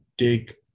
Dig